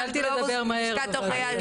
גלובוס מלשכת עורכי הדין.